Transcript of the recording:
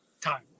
time